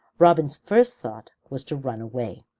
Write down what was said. robin's first thought was to run away,